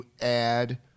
add